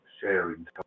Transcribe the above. sharing